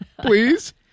Please